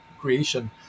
creation